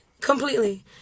completely